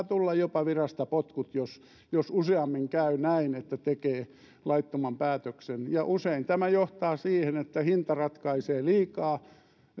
tulla jopa virasta potkut jos jos useammin käy näin että tekee laittoman päätöksen usein tämä johtaa siihen että hinta ratkaisee liikaa